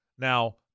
Now